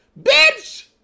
Bitch